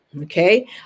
Okay